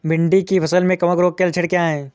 भिंडी की फसल में कवक रोग के लक्षण क्या है?